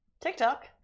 tiktok